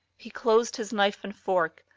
he closed his knife and fork,